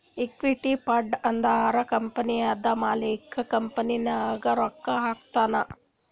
equity fund ಅಂದುರ್ ಕಂಪನಿದು ಮಾಲಿಕ್ಕ್ ಕಂಪನಿ ನಾಗ್ ರೊಕ್ಕಾ ಹಾಕಿರ್ತಾನ್